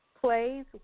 plays